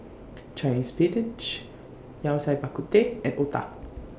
Chinese Spinach Yao Cai Bak Kut Teh and Otah